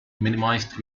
minimized